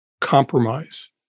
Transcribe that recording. compromise